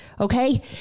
Okay